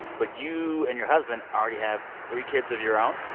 but you and your husband already have three kids of your own.